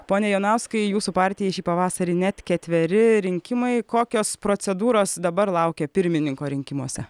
pone jonauskai jūsų partijai šį pavasarį net ketveri rinkimai kokios procedūros dabar laukia pirmininko rinkimuose